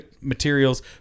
materials